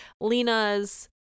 Lena's